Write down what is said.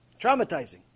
Traumatizing